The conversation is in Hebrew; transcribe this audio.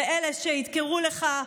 לאלה שידקרו לך,